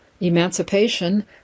Emancipation